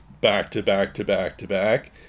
back-to-back-to-back-to-back